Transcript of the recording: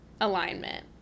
alignment